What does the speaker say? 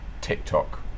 TikTok